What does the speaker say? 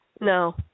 No